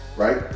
Right